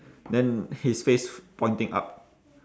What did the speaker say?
then his face pointing up